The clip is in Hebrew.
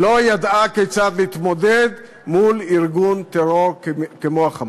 לא ידעה כיצד להתמודד מול ארגון טרור כמו ה"חמאס"?